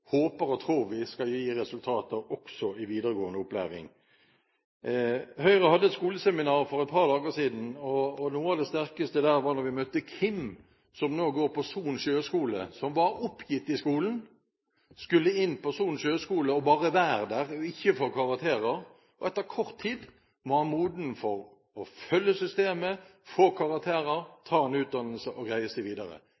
håper og tror vi skal gi resultater også i videregående opplæring. Høyre hadde et skoleseminar for et par dager siden, og noe av det sterkeste der var da vi møtte Kim, som nå går på Soon Sjøskole. Han var oppgitt av skolen, skulle inn på Soon Sjøskole, bare være der og ikke få karakterer. Etter kort tid var han moden for å følge systemet, få karakterer,